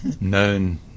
known